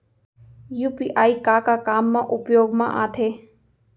UPI का का काम मा उपयोग मा आथे?